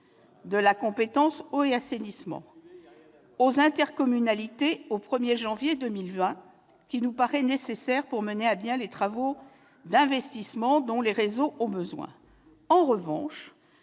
il n'y a rien à voir !... aux intercommunalités au 1 janvier 2020, qui nous paraît nécessaire pour mener à bien les travaux d'investissement dont les réseaux ont besoin. En revanche,